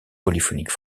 polyphonique